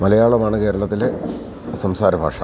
മലയാളമാണ് കേരളത്തിലെ സംസാര ഭാഷ